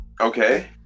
Okay